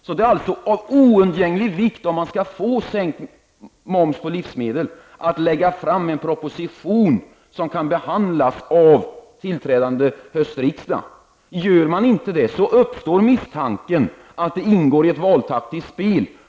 Om man skall få till stånd en sänkt moms på livsmedel är det alltså av oungänglig vikt att lägga fram en proposition som kan behandlas av tillträdande höstriksdag. Gör man inte det uppstår misstanken att det ingår i ett valtaktiskt spel.